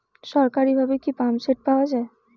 সরকারিভাবে কি পাম্পসেট পাওয়া যায়?